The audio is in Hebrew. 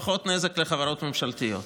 פחות נזק לחברות ממשלתיות.